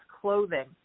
clothing